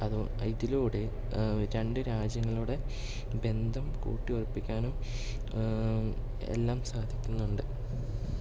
അത് ഇതിലൂടെ രണ്ട് രാജ്യങ്ങളുടെ ബന്ധം കൂട്ടിയുറപ്പിക്കാനും എല്ലാം സാധിക്കുന്നുണ്ട്